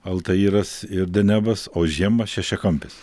altayras ir denebas o žiemą šešiakampis